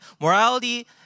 Morality